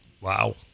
Wow